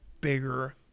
bigger